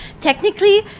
technically